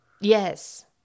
Yes